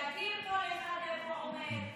תכיר כל אחד איפה עומד,